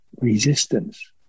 resistance